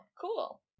cool